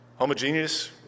Homogeneous